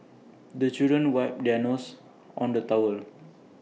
the children wipe their noses on the towel